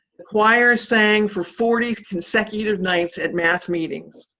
the choir sang for forty consecutive nights at mass meetings.